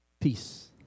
peace